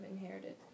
inherited